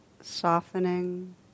softening